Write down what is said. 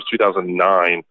2009